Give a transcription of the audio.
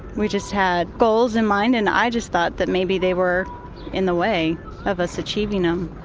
we just had goals in mind and i just thought that maybe they were in the way of us achieving them.